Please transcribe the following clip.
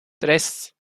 tres